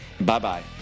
Bye-bye